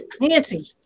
Nancy